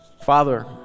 Father